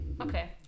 okay